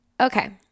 Okay